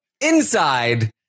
inside